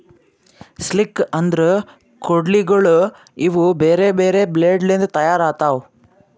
sickle ಅಂದುರ್ ಕೊಡ್ಲಿಗೋಳ್ ಇವು ಬೇರೆ ಬೇರೆ ಬ್ಲೇಡ್ ಲಿಂತ್ ತೈಯಾರ್ ಆತವ್